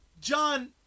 John